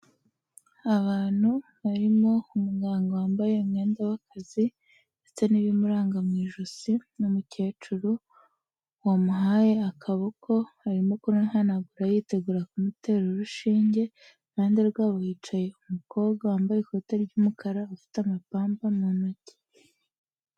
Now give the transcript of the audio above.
Abantu barimo umuganga wambaye umwenda w'akazi ndetse n'ibimuranga mu ijosi, n'umukecuru wamuhaye akaboko, arimo kumuhanagura yitegura kumutera urushinge, iruhande rwabo hicaye umukobwa wambaye ikoti ry'umukara, ufite amapamba mu ntoki.